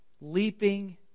Leaping